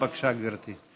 בבקשה, גברתי.